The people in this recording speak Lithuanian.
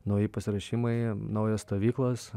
nauji pasiruošimai naujos stovyklos